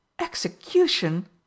execution